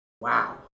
wow